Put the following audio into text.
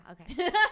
okay